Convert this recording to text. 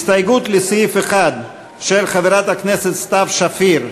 הסתייגות לסעיף 1 של חברת הכנסת סתיו שפיר,